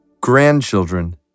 Grandchildren